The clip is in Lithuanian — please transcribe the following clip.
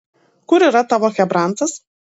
kur yra tavo chebrantas